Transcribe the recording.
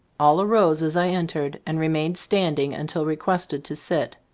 all arose as i entered, and remained standing until requested to sit.